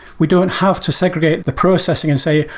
we don't have to segregate the processing and say,